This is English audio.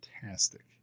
fantastic